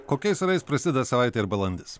kokiais orais prasideda savaitė ir balandis